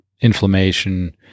inflammation